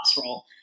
role